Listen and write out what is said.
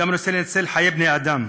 הוא גם רוצה לנצל חיי בני-אדם.